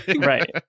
Right